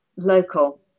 Local